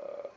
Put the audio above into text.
err